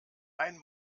ein